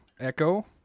Echo